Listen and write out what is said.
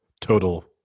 total